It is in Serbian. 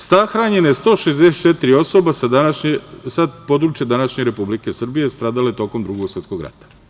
Sahranjeno je 164 osobe sa područja današnje Republike Srbije stradalo je tokom Drugog svetskog rata.